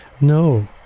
No